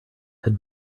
had